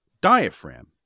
diaphragm